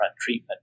treatment